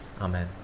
Amen